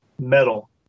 metal